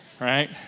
right